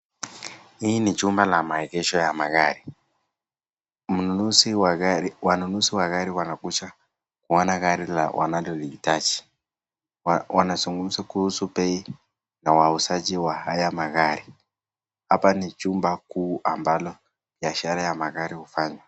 Hii ni chumba la maegesho ya magari. Wanunuzi wa gari wanakuja kuona gari wanalohitaji wanazungumza kuhusu bei ya wauzaji wa haya magari. Hapa ni chumba kuu ambalo biashara ya magari hufanywa.